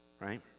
right